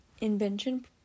invention